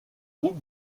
groupe